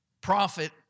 prophet